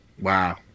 Wow